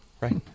Right